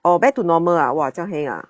oh back to normal ah !wah! 这样 heng ah